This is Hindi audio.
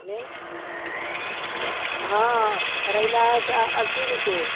लेना हाँ करेला है चा अस्सी रुपये